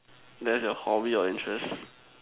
there's your hobby or interest